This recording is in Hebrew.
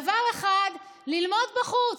דבר אחד, ללמוד בחוץ.